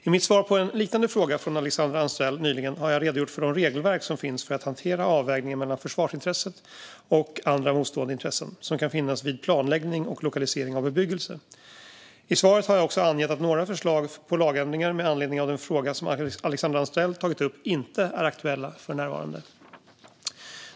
I mitt svar på en liknande fråga från Alexandra Anstrell nyligen har jag redogjort för de regelverk som finns för att hantera avvägningen mellan försvarsintresset och andra motstående intressen som kan finnas vid planläggning och lokalisering av bebyggelse. I svaret har jag också angett att några förslag på lagändringar med anledning av den fråga som Alexandra Anstrell tagit upp inte är aktuella för närvarande.